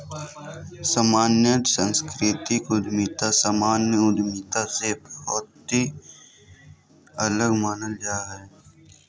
सामान्यत सांस्कृतिक उद्यमिता सामान्य उद्यमिता से बहुते अलग मानल जा हय